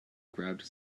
grabbed